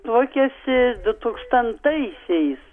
tuokėsi du tūkstantaisiais